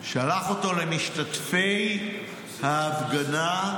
שלח אותו למשתתפי ההפגנה,